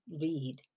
read